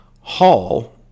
Hall